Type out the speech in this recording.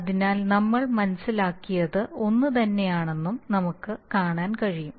അതിനാൽ നമ്മൾ മനസിലാക്കിയത് ഒന്നുതന്നെയാണെന്നും നമുക്ക് കാണാൻ കഴിയും